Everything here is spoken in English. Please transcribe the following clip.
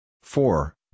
four